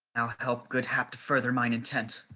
help good hap to further mine intent,